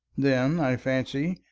then, i fancy,